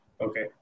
Okay